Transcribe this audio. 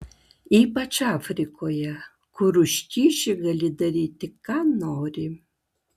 ypač afrikoje kur už kyšį gali daryti ką nori